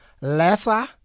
lesser